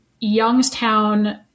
Youngstown